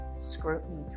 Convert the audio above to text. scrutiny